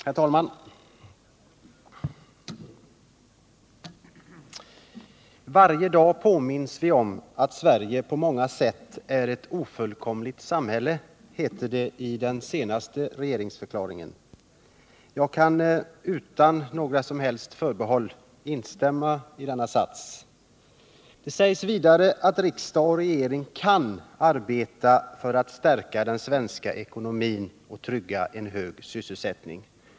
Herr talman! ”Varje dag påminns vi om att Sverige på många sätt är ett ofullkomligt samhälle”, heter det i den senaste regeringsförklaringen. Jag kan utan några som helst förbehåll instämma i denna sats. Det sägs vidare att riksdag och regering kan arbeta för att stärka den svenska ekonomin och trygga en hög sysselsättning.